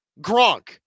Gronk